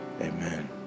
amen